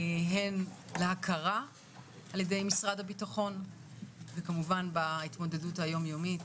הן להכרה על ידי משרד הביטחון וכמובן בהתמודדות היומיומית,